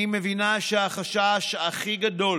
אני מבינה שהחשש הכי גדול